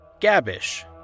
Gabish